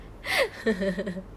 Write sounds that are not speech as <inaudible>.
<laughs>